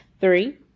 Three